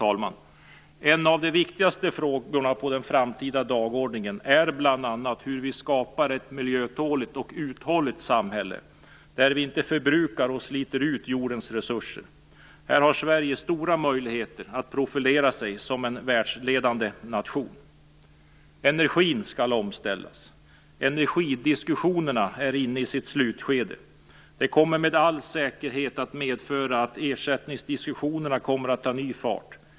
En av de viktigaste frågorna på den framtida dagordningen är bl.a. hur vi skapar ett miljötåligt och uthålligt samhälle där vi inte förbrukar och sliter ut jordens resurser. Här har Sverige stora möjligheter att profilera sig som en världsledande nation. Energin skall omställas. Energidiskussionerna är inne i sitt slutskede. Det kommer med all säkerhet att medföra att ersättningsdiskussionerna kommer att ta ny fart.